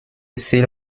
ziel